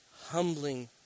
Humbling